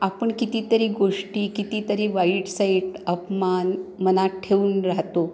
आपण कितीतरी गोष्टी कितीतरी वाईटसाईट अपमान मनात ठेवून राहतो